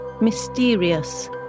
mysterious